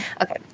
Okay